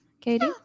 Katie